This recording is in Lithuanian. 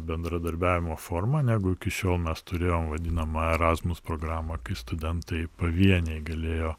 bendradarbiavimo forma negu iki šiol mes turėjom vadinamą erasmus programą studentai pavieniai galėjo